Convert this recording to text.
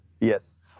Yes